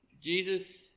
Jesus